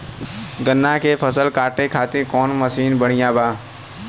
गन्ना के फसल कांटे खाती कवन मसीन बढ़ियां बा?